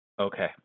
okay